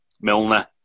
Milner